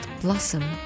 blossom